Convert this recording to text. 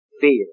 fear